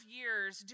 years